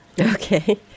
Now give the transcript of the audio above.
Okay